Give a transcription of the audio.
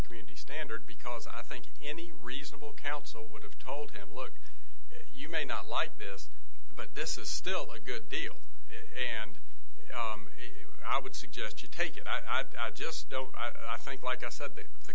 community standard because i think any reasonable counsel would have told him look you may not like this but this is still a good deal and i would suggest you take it back i just don't i think like i said th